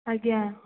ଆଜ୍ଞା